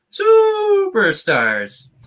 superstars